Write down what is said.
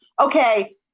okay